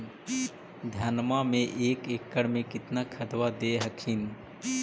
धनमा मे एक एकड़ मे कितना खदबा दे हखिन?